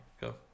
Go